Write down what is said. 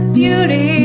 beauty